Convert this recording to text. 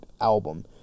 album